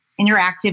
Interactive